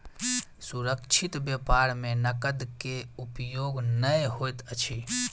सुरक्षित व्यापार में नकद के उपयोग नै होइत अछि